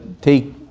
take